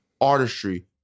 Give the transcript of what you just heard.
artistry